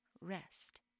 rest